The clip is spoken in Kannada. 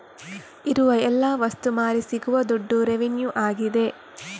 ಇರುವ ಎಲ್ಲ ವಸ್ತು ಮಾರಿ ಸಿಗುವ ದುಡ್ಡು ರೆವೆನ್ಯೂ ಆಗಿದೆ